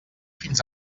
fins